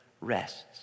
rests